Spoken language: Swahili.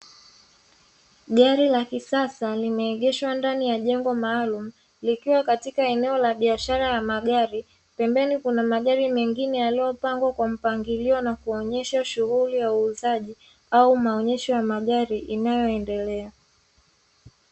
Gari la kisasa limeegeshwa ndani ya jengo maalumu likiwa katika eneo la biashara ya magari pembeni kuna magari mengine yaliyopangwa kwa mpangilio na kuonyesha shughuli ya uuzaji au maonyesho ya magari inayoendelea.